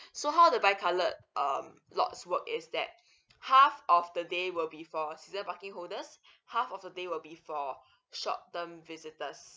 so how the by coloured um lots work is that half of the day will be for season parking holders half of the day will be for short term visitors